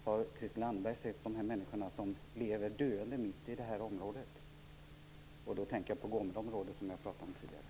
Har hon sett de människor som lever döende mitt i området? Då tänker jag på det område jag talade om tidigare.